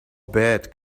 bad